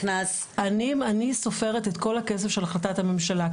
אני סופרת פה את כל הכסף של החלטת הממשלה.